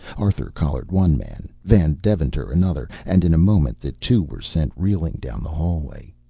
arthur collared one man, van deventer another, and in a moment the two were sent reeling down the hallway.